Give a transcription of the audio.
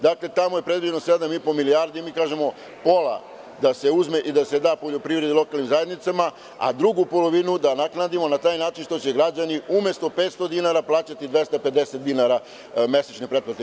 Dakle, tamo je predviđeno sedam i po milijardi, mi kažemo pola da se uzme i da se da poljoprivredi i lokalnim zajednicama, a drugu polovinu da naknadimo na taj način što će građani, umesto 500 dinara platiti 250 dinara, mesečne pretplate.